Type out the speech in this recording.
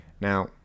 Now